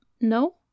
no